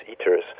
eaters